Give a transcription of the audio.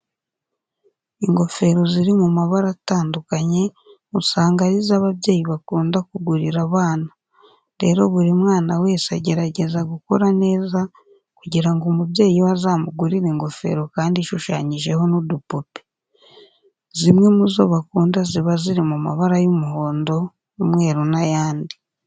Ingofero ziri mu mabara atandukanye usanga ari zo ababyeyi bakunda kugurira abana. Rero buri mwana wese agerageza gukora neza kugira ngo umubyeyi we azamugurire ingofero kandi ishushanyijeho n'udupupe. Zimwe mu zo bakunda ziba ziri mu mabara y'umuhondo, umweru n'ayandi.